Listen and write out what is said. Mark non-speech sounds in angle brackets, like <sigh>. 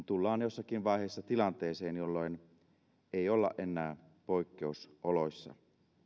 <unintelligible> tullaan jossakin vaiheessa tilanteeseen jolloin ei olla enää poikkeusoloissa